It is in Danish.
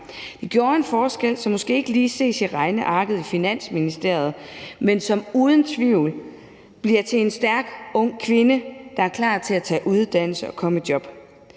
Det gjorde en forskel, som måske ikke lige ses i regnearket i Finansministeriet, men som uden tvivl gør, at hun bliver til en stærk ung kvinde, der er klar til at tage en uddannelse og komme i job.